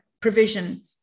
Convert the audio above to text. provision